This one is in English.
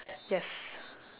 yes